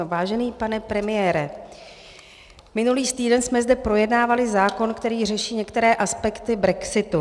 Vážený pane premiére, minulý týden jsme zde projednávali zákon, který řeší některé aspekty brexitu.